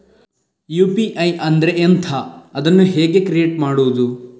UPI ಅಂದ್ರೆ ಎಂಥ? ಅದನ್ನು ಕ್ರಿಯೇಟ್ ಹೇಗೆ ಮಾಡುವುದು?